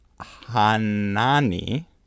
Hanani